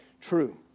true